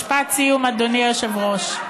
משפט סיום, אדוני היושב-ראש.